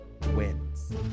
wins